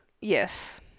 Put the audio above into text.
Yes